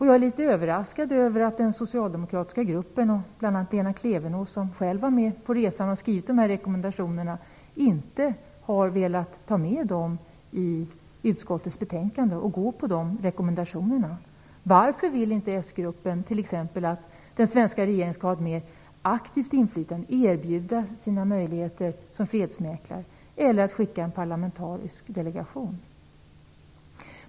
Jag är litet överraskad över att den socialdemokratiska gruppen med bl.a. Lena Klevenås, som själv var med på resan och har skrivit dessa rekommendationer, inte har velat ta med dem i utskottets betänkande och gå på dessa rekommendationer. Varför vill inte den socialdemokratiska gruppen t.ex. att den svenska regeringen skall ha ett mer aktivt inflytande och erbjuda sina möjligheter som fredsmäklare eller skicka en parlamentarisk delegation?